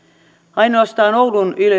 ainoastaan oulun